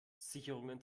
sicherungen